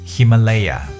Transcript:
Himalaya